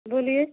बोलिए